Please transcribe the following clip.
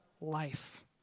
life